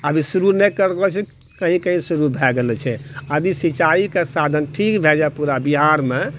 आब ई शुरू नहि करलो छै कही कही शुरू भए गेलौ छै आब ई सिंचाइके साधन ठीक भए जाइ पूरा बिहारमे